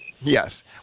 Yes